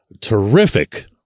terrific